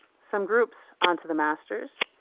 some groups onto the masters.